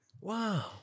Wow